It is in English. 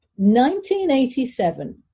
1987